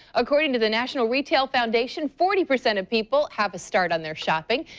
according to the national retail foundation, forty percent of people have a start on their shopping,